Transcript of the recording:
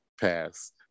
pass